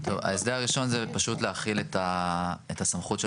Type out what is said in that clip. ההסדר הראשון זה פשוט להכיל את הסמכות של